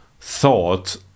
thought